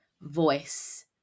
voice